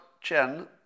Chen